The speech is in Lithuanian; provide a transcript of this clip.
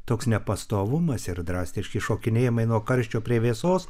toks nepastovumas ir drastiški šokinėjimai nuo karščio prie vėsos